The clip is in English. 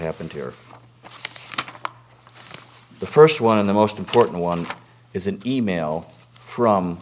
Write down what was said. happened here the first one of the most important one is an e mail from